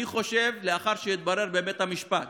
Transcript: אני חושב, לאחר שהתברר בבית המשפט